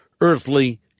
earthly